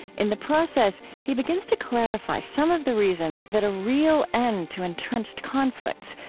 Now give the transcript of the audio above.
in the process, he begins to clarify some of the reasons that a real end to entrenched conflicts,